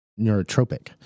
neurotropic